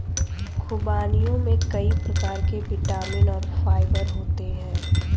ख़ुबानियों में कई प्रकार के विटामिन और फाइबर होते हैं